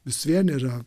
vis vien yra